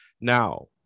now